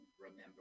remember